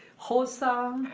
hosa,